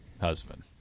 husband